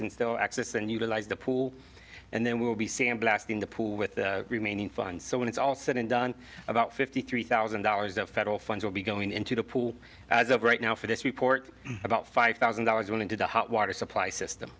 can still access and utilize the pool and then we will be sandblasting the pool with the remaining funds so when it's all said and done about fifty three thousand dollars of federal funds will be going into the pool as of right now for this report about five thousand dollars going into the hot water supply system